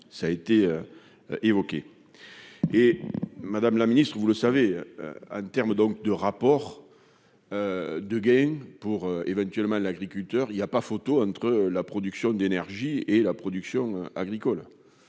ça a été évoqué et Madame la Ministre, vous le savez, à terme, donc de rapport de gay pour éventuellement l'agriculteur il y a pas photo entre la production d'énergie et la production agricole